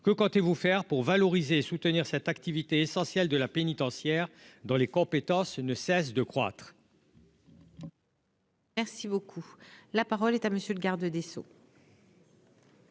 que comptez-vous faire pour valoriser soutenir cette activité essentielle de la pénitentiaire dans les compétences ne cesse de croître.